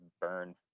burn